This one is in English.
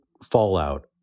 fallout